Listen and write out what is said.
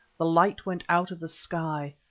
the light went out of the sky,